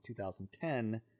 2010